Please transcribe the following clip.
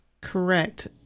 correct